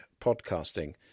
podcasting